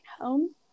home